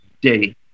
day